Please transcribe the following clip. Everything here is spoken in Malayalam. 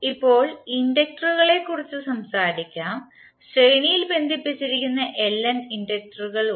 ഇപ്പോൾ നമുക്ക് ഇൻഡക്റ്ററുകളെക്കുറിച്ച് സംസാരിക്കാം ശ്രേണിയിൽ ബന്ധിപ്പിച്ചിരിക്കുന്ന Ln ഇൻഡക്റ്ററുകൾ ഉണ്ട്